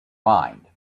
mind